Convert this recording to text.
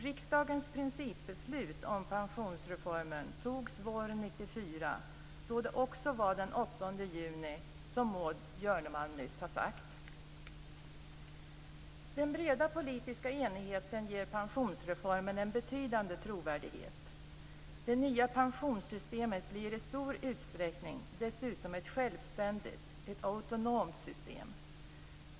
Riksdagens principbeslut om pensionsreformen fattades våren 1994. Det var också den 8 juni - som Maud Den breda politiska enigheten ger pensionsreformen en betydande trovärdighet. Det nya pensionssystemet blir i stor utsträckning dessutom ett självständigt, autonomt system.